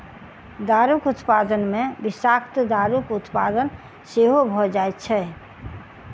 दारूक उत्पादन मे विषाक्त दारूक उत्पादन सेहो भ जाइत छै